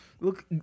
look